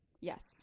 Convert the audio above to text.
Yes